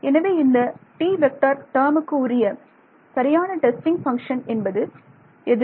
எனவே இந்த டேர்முக்கு உரிய சரியான டெஸ்டிங் பங்க்ஷன் என்பது எது